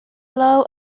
low